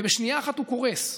ובשנייה אחת הוא קורס,